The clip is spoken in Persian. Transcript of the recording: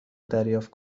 دریافت